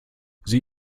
sie